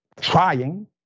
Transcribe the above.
trying